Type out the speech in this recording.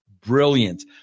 brilliant